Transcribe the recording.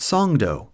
Songdo